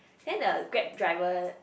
then the Grab driver